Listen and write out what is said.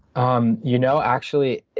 um you know, actually,